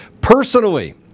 personally